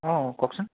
অঁ কওকচোন